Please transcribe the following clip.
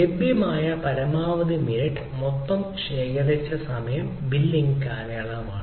ലഭ്യമായ പരമാവധി മിനിറ്റ് മൊത്തം ശേഖരിച്ച സമയം ബില്ലിംഗ് കാലയളവാണ്